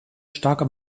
starke